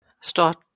Start